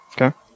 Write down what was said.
Okay